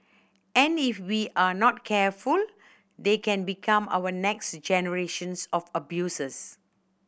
and if we are not careful they can become our next generations of abusers